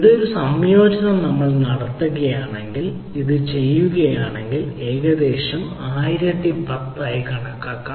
നിങ്ങൾ ഒരു സംയോജനം നടത്തുകയാണെങ്കിൽനിങ്ങൾ ഇത് ചെയ്യുകയാണെങ്കിൽ ഇത് ഏകദേശം 1010 ആയി കണക്കാക്കും